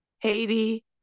Haiti